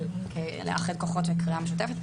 אבל לאחד כוחות בקריאה משותפת.